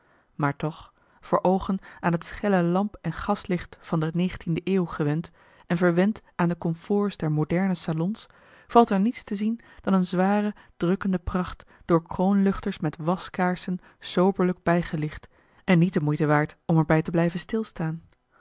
maar toch voor oogen aan het schelle lamp en a l g bosboom-toussaint de delftsche wonderdokter eel gas licht van de negentiende eeuw gewend en verwend aan de comforts der moderne salons valt er niets te zien dan eene zware drukkende pracht door kroonluchters met waskaarsen soberlijk bijgelicht en niet de moeite waard om er bij te blijven stilstaan